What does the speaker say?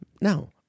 No